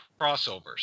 crossovers